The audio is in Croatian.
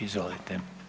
Izvolite.